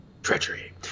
Treachery